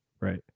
Right